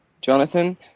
Jonathan